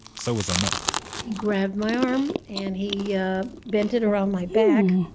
so was anat he grabbed my arm, and he yeah bent it around my back.